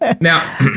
now